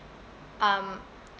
um